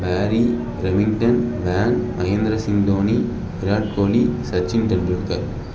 பேரி பிரமிட்டன் வேன் மஹேந்திர சிங் தோனி விராட் கோலி சச்சின் டெண்டுல்கர்